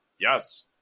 Yes